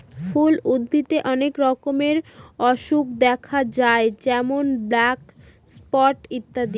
ফুলের উদ্ভিদে অনেক রকমের অসুখ দেখা যায় যেমন ব্ল্যাক স্পট ইত্যাদি